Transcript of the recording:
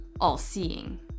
all-seeing